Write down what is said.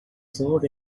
sword